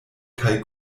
kaj